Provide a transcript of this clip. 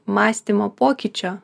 mąstymo pokyčio